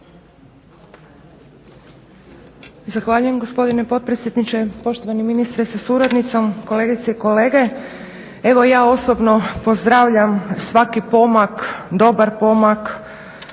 Zahvaljujem gospodine potpredsjedniče. Poštovani ministre sa suradnicom, kolegice i kolege. Evo ja osobno pozdravljam svaki pomak, dobar pomak